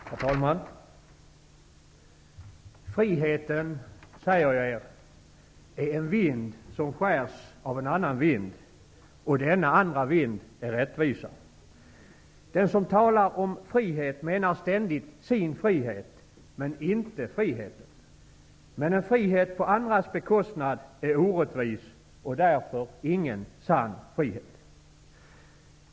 Herr talman! ''Friheten, säger jag er, är en vind som skärs av en annan vind. Och denna andra vind är rättvisan. Den som talar om frihet menar ständigt sin frihet, men inte friheten. Men en frihet på andras bekostnad är orättvis och därför ingen sann frihet.''